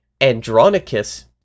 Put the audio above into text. Andronicus